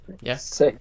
Yes